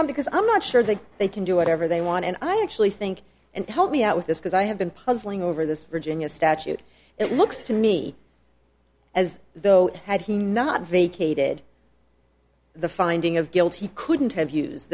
on because i'm not sure that they can do whatever they want and i actually think and help me out with this because i have been puzzling over this virginia statute it looks to me as though had he not vacated the finding of guilt he couldn't have use